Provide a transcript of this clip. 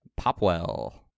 Popwell